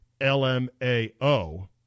LMAO